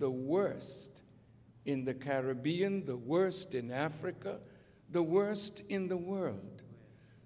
the worst in the caribbean the worst in africa the worst in the world